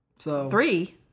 Three